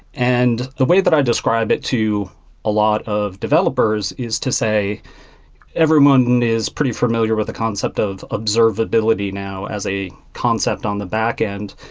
and the way that i described it to a lot of developers is to say everyone is pretty familiar with the concept of observability now as a concept on the backend.